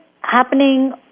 happening